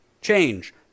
change